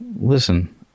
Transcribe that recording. Listen